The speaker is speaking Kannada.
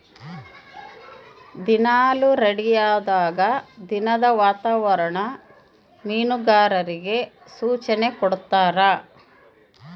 ದಿನಾಲು ರೇಡಿಯೋದಾಗ ದಿನದ ವಾತಾವರಣ ಮೀನುಗಾರರಿಗೆ ಸೂಚನೆ ಕೊಡ್ತಾರ